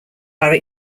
are